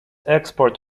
export